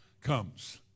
comes